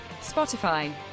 Spotify